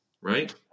Right